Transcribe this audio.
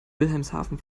wilhelmshaven